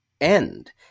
end